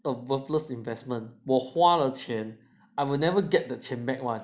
a worthless investment 我花了钱 I will never get the 钱 back one